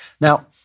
Now